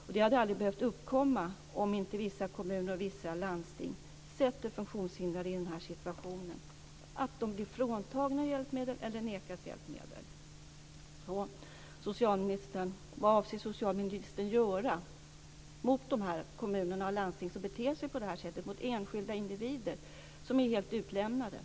Detta hade aldrig behövt uppkomma om inte vissa kommuner och vissa landsting hade satt funktionshindrade i situationen att bli fråntagna hjälpmedel eller nekade hjälpmedel.